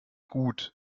gut